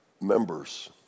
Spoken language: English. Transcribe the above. members